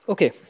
Okay